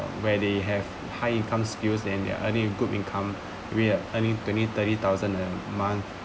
where they have high income skills then they're earning with good income with a earning twenty thirty thousand a month